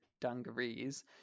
dungarees